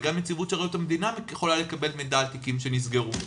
וגם נציבות שירות המדינה יכולה לקבל מידע על תיקים שנסגרו.